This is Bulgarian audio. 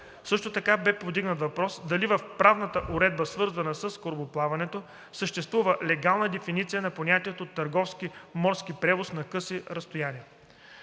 Също така бе повдигнат въпросът дали в правната уредба, свързана с корабоплаването, съществува легална дефиниция на понятието „търговски морски превоз на къси разстояния“.